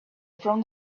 from